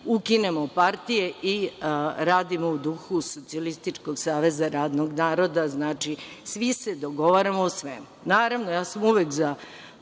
ukinemo partije i radimo u duhu Socijalističkog saveza radnog naroda, znači svi se dogovaramo o svemu. Naravno, ja sam u vek za